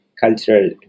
cultural